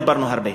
דיברנו הרבה,